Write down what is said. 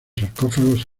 sarcófagos